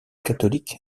catholique